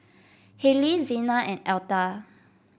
Hailie Xena and Altha